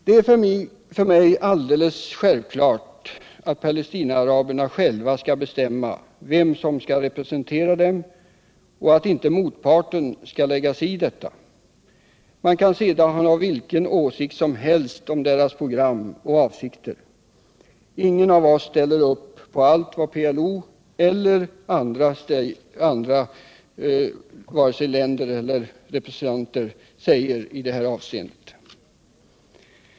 Det är för mig alldeles självklart att Palestinaaraberna själva skall bestämma vem som skall representera dem och att inte motparten skall lägga sig i detta. Man kan sedan ha vilken åsikt som helst om deras program och avsikter. Ingen av oss ställer upp på allt vad PLO säger, lika litet som vi ställer upp på allt vad andra länder eller representanter säger i det här avseendet.